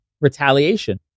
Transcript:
retaliation